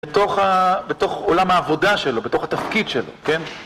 בתוך עולם העבודה שלו, בתוך התפקיד שלו, כן?